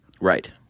Right